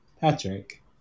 Patrick